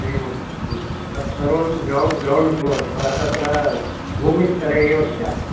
एवं ह्म् तत्सर्वं ग्रौ ग्रौण्ड् फ़्लोर् तत्र भूमिस्तरे एव स्यात्